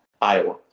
Iowa